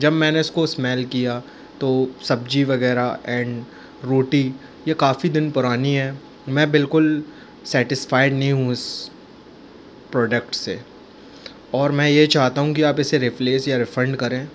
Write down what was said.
जब मैंने इसको स्मैल किया तो सब्ज़ी वगैरह एंड रोटी ये काफ़ी दिन पुरानी है मैं बिल्कुल सेटिस्फाइड नहीं हूँ इस प्रोडक्ट से और मैं ये चाहता हूँ कि आप इसे रिप्लेस या रिफंड करें